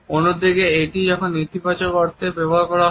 অন্যদিকে এটি যখন নেতিবাচক অর্থে ব্যবহার করা হয়